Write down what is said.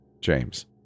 James